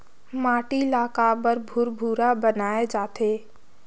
माटी ला काबर भुरभुरा बनाय जाथे?